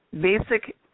Basic